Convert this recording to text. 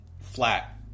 flat